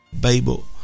Bible